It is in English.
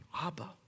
Abba